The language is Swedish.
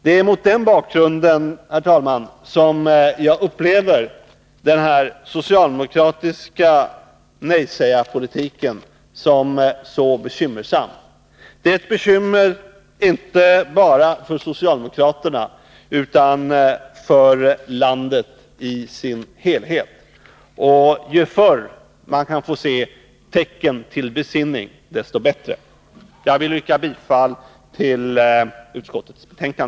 Det är mot den här bakgrunden, herr talman, som jag upplever den här socialdemokratiska nejsägarpolitiken som så bekymmersam. Den är ett bekymmer inte bara för socialdemokraterna, utan för landet i dess helhet. Ju förr man kan få se tecken till besinning, desto bättre! Jag yrkar bifall till utskottets hemställan.